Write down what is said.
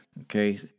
Okay